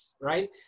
right